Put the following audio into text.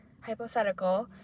hypothetical